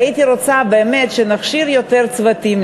והייתי רוצה באמת שנכשיר יותר צוותים,